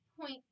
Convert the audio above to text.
point